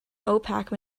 opaque